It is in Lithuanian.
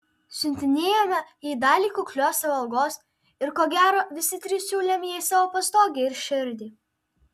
siuntinėjome jai dalį kuklios savo algos ir ko gero visi trys siūlėm jai savo pastogę ir širdį